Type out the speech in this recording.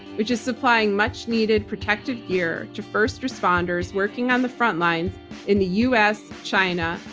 which is supplying much needed protective gear to first responders working on the frontlines in the u. s, china,